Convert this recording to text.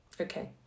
Okay